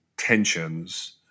tensions